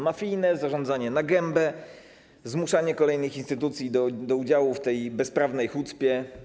Mafijne zarządzanie na gębę, zmuszanie kolejnych instytucji do udziału w tej bezprawnej hucpie.